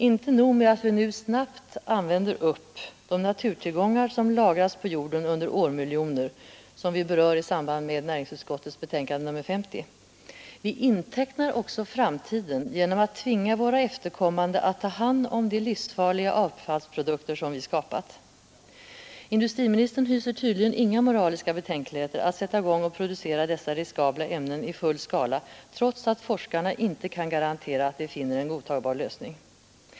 Inte nog med att vi nu snabbt förbrukar de naturtillgångar som lagrats på jorden under årmiljoner som vi berör i samband med näringsutskottets betänkande nr 50, vi intecknar också framtiden genom att tvinga våra efterkommande att ta hand om de livsfarliga avfallsprodukter vi skapat. Industriministern hyser tydligen inga moraliska betänkligheter att sätta i gång och producera dessa riskabla ämnen i full skala, trots att forskarna inte kan garantera att de finner en godtagbar lösning.